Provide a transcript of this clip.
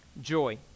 joy